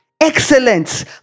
excellence